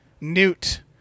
Newt